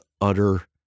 utter